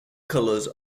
colours